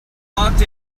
walked